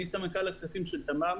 אני סמנכ"ל הכספים של תממ,